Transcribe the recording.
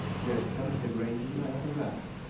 we had come to the grain-dealer and the rats.